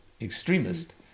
extremist